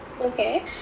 Okay